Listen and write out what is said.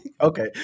Okay